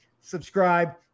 subscribe